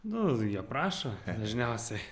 nu jie prašo dažniausiai